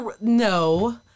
No